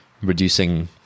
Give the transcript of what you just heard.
reducing